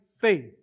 faith